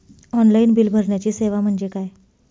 Online bill भरण्याची सेवा म्हणजे काय?